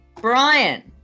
Brian